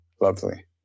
lovely